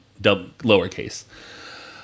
lowercase